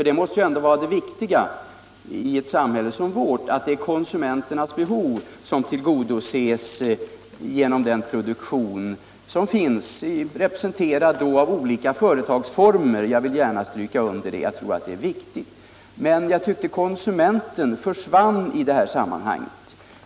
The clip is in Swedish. Det måste ju ändå vara det viktiga i ett samhälle som vårt —-att det är konsumenternas behov som tillgodoses genom den produktion som finns, representerad av olika företagsformer — jag vill gärna stryka under det eftersom jag tror att det är viktigt. Jag tyckte att konsumenten försvann i det här sammanhanget.